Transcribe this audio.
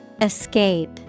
Escape